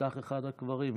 נפתח אחד הקברים,